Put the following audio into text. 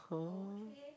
!huh!